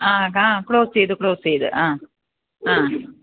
ആ ക്ലോസ് ചെയ്തു ക്ലോസ് ചെയ്തു ആ ആ